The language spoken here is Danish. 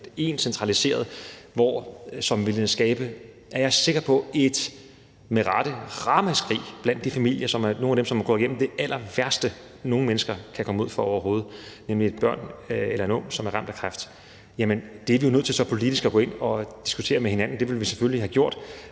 det centraliseret ét sted, ville det skabe – er jeg sikker på – og med rette et ramaskrig blandt de familier, som er nogle af dem, som går igennem det allerværste, nogen mennesker kan komme ud for overhovedet, nemlig et barn eller en ung, som er ramt af kræft. Det var vi jo nødt til så politisk at gå ind og diskutere med hinanden, og det ville vi selvfølgelig have gjort.